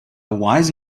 wise